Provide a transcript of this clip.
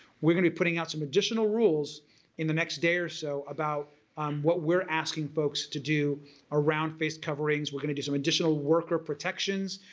we're going be putting out some additional rules in the next day or so about what we're asking folks to do around face coverings. we're going to do some additional worker protections.